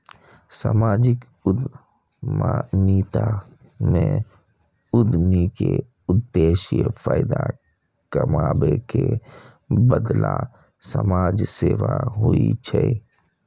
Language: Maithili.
सामाजिक उद्यमिता मे उद्यमी के उद्देश्य फायदा कमाबै के बदला समाज सेवा होइ छै